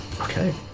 Okay